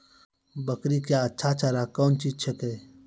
बकरी क्या अच्छा चार कौन चीज छै के?